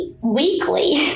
weekly